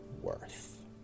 worth